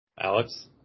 Alex